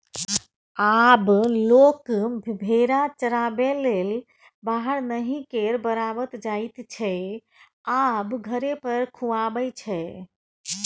आब लोक भेरा चराबैलेल बाहर नहि केर बराबर जाइत छै आब घरे पर खुआबै छै